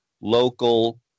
local